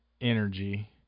energy